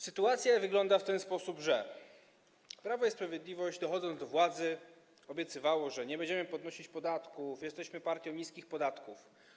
Sytuacja wygląda w ten sposób, że Prawo i Sprawiedliwość, dochodząc do władzy, obiecywało, że nie będzie podnosić podatków, że jest partią niskich podatków.